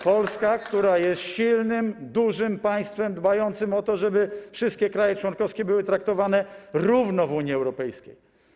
Polska, która jest silnym, dużym państwem dbającym o to, żeby wszystkie kraje członkowskie były traktowane równo w Unii Europejskiej.